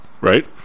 right